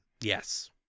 Yes